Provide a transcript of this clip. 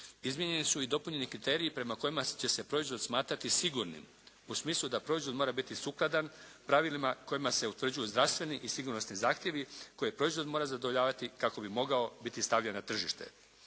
Izmijenjeni su i dopunjeni kriteriji prema kojima će se proizvod smatrati sigurnim u smislu da proizvod mora biti sukladan pravilima kojima se utvrđuju zdravstveni i sigurnosni zahtjevi koje proizvod mora zadovoljavati kako bi mogao biti stavljen na tržište.